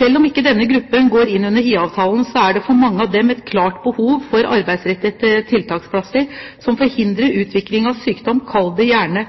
Selv om ikke denne gruppen går inn under IA-avtalen, er det for mange av dem et klart behov for arbeidsrettede tiltaksplasser som forhindrer utvikling av sykdom – kall det gjerne